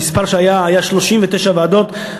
המספר היה 39 ועדות,